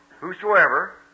whosoever